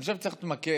אני חושב שצריך להתמקד